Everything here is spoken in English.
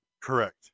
Correct